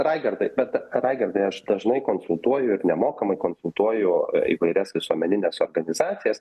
raigardai bet raigardai aš dažnai konsultuoju ir nemokamai konsultuoju įvairias visuomenines organizacijas